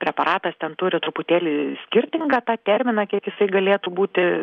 preparatas ten turi truputėlį skirtingą tą terminą kiek jisai galėtų būti